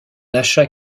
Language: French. achat